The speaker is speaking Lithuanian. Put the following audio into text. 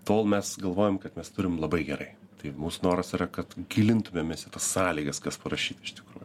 tol mes galvojam kad mes turim labai gerai tai mūsų noras yra kad gilintumėmės į tas sąlygas kas parašyta iš tikrųjų